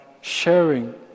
sharing